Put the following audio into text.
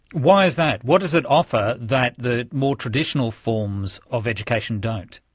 why is that? what does it offer that the more traditional forms of education don't?